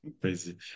crazy